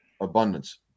abundance